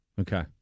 Okay